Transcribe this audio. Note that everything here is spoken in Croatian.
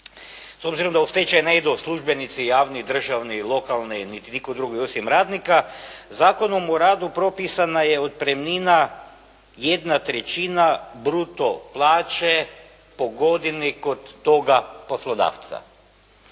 s obzirom da u stečaj ne idu službenici javne, državne, lokalne niti nitko drugi osim radnika, Zakonom o radu propisana je otpremnina jedna trećina bruto plaće po godini kod toga poslodavca.